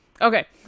okay